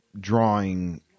drawing